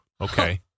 okay